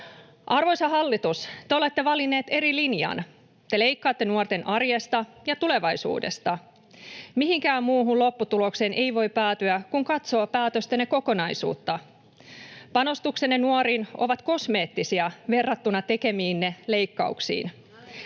Arvoisa hallitus, te olette valinneet eri linjan. Te leikkaatte nuoren arjesta ja tulevaisuudesta. Mihinkään muuhun lopputulokseen ei voi päätyä, kun katsoo päätöstenne kokonaisuutta. Panostuksenne nuoriin ovat kosmeettisia verrattuna tekemiinne leikkauksiin.